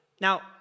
Now